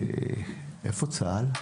איפה צה"ל?